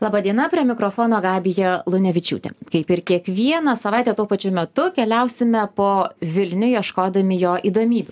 laba diena prie mikrofono gabija lunevičiūtė kaip ir kiekvieną savaitę tuo pačiu metu keliausime po vilnių ieškodami jo įdomybių